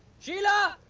sheila!